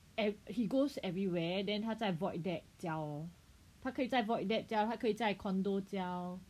eh he goes everywhere and then 他在 void deck 教他可以在 void deck 教他可以在 condo 教